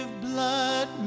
blood